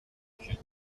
version